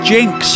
Jinx